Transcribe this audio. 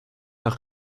nach